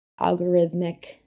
algorithmic